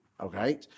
okay